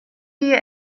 gie